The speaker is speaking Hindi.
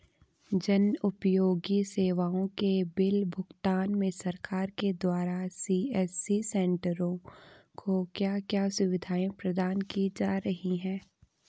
जन उपयोगी सेवाओं के बिल भुगतान में सरकार के द्वारा सी.एस.सी सेंट्रो को क्या क्या सुविधाएं प्रदान की जा रही हैं?